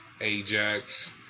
Ajax